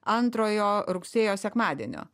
antrojo rugsėjo sekmadienio